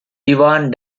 evan